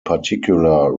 particular